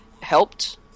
helped